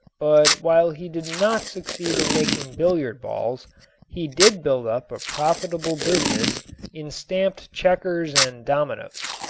but while he did not succeed in making billiard balls he did build up a profitable business in stamped checkers and dominoes.